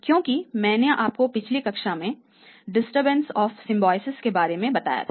क्योंकि मैंने आपको पिछली कक्षा में डिस्टर्बेंस ऑफ़ सिम्बायोसिस के बारे में बताया था